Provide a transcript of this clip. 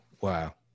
Wow